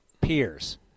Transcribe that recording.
peers